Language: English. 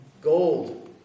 Gold